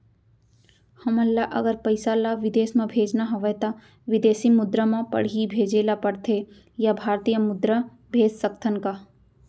हमन ला अगर पइसा ला विदेश म भेजना हवय त विदेशी मुद्रा म पड़ही भेजे ला पड़थे या भारतीय मुद्रा भेज सकथन का?